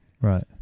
Right